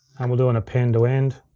and we'll do and append to end,